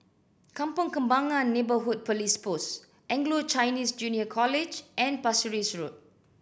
Kampong Kembangan Neighbourhood Police Post Anglo Chinese Junior College and Pasir Ris Road